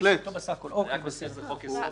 תהיה שיחה עם יואב כדי שיבין על מה מדובר.